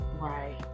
right